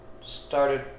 started